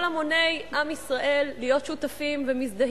המוני עם ישראל להיות שותפים ומזדהים,